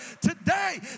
today